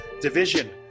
division